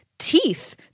teeth